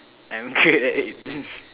I'm good at it